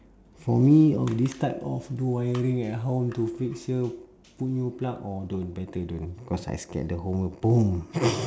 for me of these type of wiring and how to fix here put new plug or don't better don't cause I scared the whole world